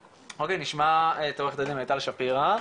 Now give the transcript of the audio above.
עוד נשמע את עורכת הדין מיטל שפירא.